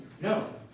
No